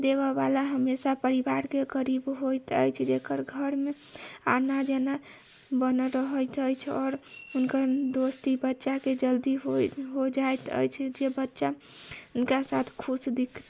देबऽ बला हमेशा परिवारके करीब होएत अछि जे घरमे आना जाना बनल रहैत अछि आओर हुनकर दोस्ती बच्चाके जल्दी होए हो जाइत अछि जे बच्चा हुनका साथ खुश दिख